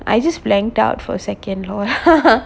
I just blanked out for second oh